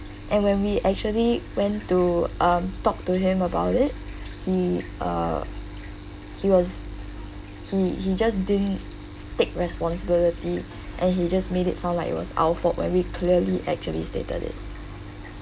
and when we actually went to um talk to him about it he uh he was he he just didn't take responsibility and he just made it sound like it was our fault when we clearly actually stated it